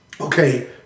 okay